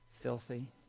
filthy